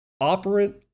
Operant